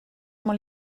molt